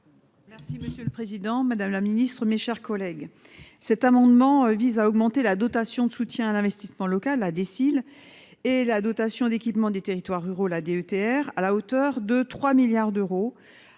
Merci monsieur le Président, Madame la Ministre, mes chers collègues, cet amendement vise à augmenter la dotation de soutien à l'investissement local a et la dotation d'équipement des territoires ruraux, la DETR à la hauteur de 3 milliards d'euros